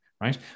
Right